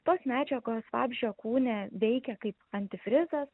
tos medžiagos vabzdžio kūne veikia kaip antifrizas